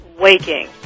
Waking